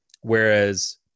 Whereas